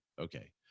Okay